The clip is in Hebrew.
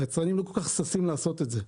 היצרנים לא כל כך ששים לעשות את זה.